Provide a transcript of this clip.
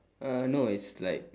uh no it's like